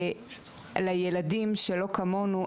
כשלילדים שלא כמונו,